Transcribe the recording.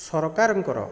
ସରକାରଙ୍କର